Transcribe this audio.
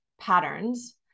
patterns